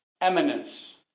Eminence